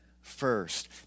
first